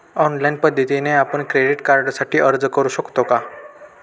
Online पद्धतीने आपण credit कार्डसाठी अर्ज करु शकतो का?